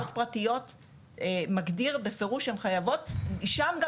חד משמעית נוהל הלשכות הפרטיות מגדיר הפירוש שהן חייבות ושם גם